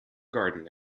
garden